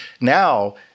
now